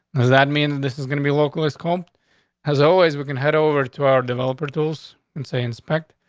does that mean that this is gonna be local? is cold as always, we can head over to our developer tools and say, inspector,